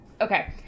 okay